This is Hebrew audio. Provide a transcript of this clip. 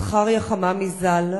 זכריה חממי ז"ל,